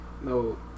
No